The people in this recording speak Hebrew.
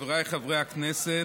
חבריי חברי הכנסת,